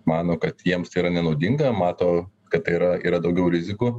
mano kad jiems tai yra nenaudinga mato kad tai yra yra daugiau rizikų